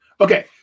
Okay